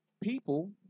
people